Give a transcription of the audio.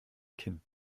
kinn